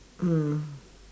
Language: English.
mm